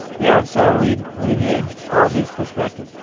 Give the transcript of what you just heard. yeah. so we we need all these perspectives.